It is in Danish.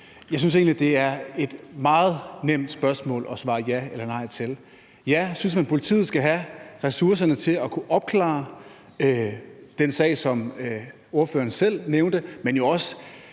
Jeg synes egentlig, det er et meget nemt spørgsmål at svare ja eller nej til. Synes man, at ja, politiet skal have ressourcerne til at kunne opklare den sag, som ordføreren selv nævnte, men jo også